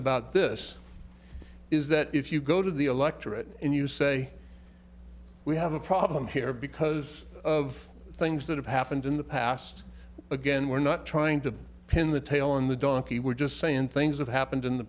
about this is that if you go to the electorate and you say we have a problem here because of things that have happened in the past again we're not trying to pin the tail on the donkey we're just saying things that happened in the